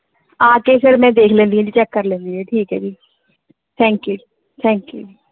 ਆ ਗਏ ਫਿਰ ਮੈਂ ਦੇਖ ਲੈਂਦੀ ਹਾਂ ਜੀ ਚੈੱਕ ਕਰ ਲੈਂਦੀ ਹਾਂ ਜੀ ਠੀਕ ਹੈ ਜੀ ਥੈਂਕ ਯੂ ਜੀ ਥੈਂਕ ਯੂ ਜੀ